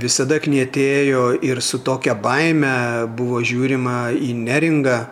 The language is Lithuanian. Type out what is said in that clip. visada knietėjo ir su tokia baime buvo žiūrima į neringą